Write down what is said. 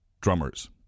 drummers